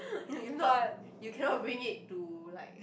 if if not you cannot bring it to like